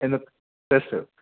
yes sir